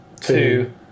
two